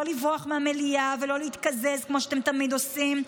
לברוח מהמליאה ולא להתקזז כמו שאתם תמיד עושים,